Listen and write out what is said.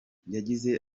yagize